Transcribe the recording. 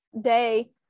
day